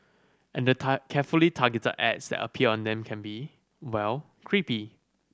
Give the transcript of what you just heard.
and the carefully targeted ads that appear on them can be well creepy